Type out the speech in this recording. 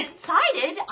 Excited